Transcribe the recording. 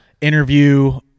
interview